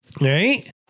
right